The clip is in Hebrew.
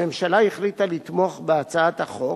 הממשלה החליטה לתמוך בהצעת החוק,